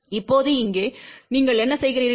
இப்போது இங்கே நீங்கள் என்ன செய்கிறீர்கள்